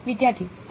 વિદ્યાર્થી હા